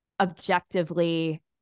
objectively